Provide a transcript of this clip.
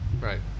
Right